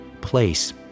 Place